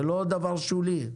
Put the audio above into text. זה לא דבר שולי.